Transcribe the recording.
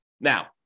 Now